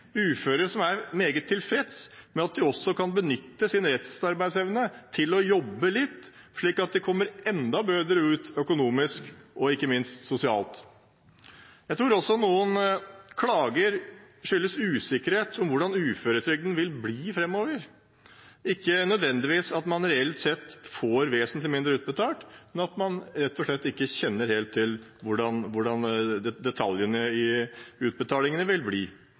uføre som er meget tilfreds med at de også kan benytte sin restarbeidsevne til å jobbe litt, slik at de kommer enda bedre ut økonomisk og ikke minst sosialt. Jeg tror også noen klager skyldes usikkerhet om hvordan uføretrygden vil bli framover – ikke at man nødvendigvis reelt sett får vesentlig mindre utbetalt, men at man rett og slett ikke kjenner helt til hvordan detaljene i utbetalingene vil bli.